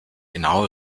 genaue